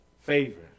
favor